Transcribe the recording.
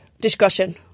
discussion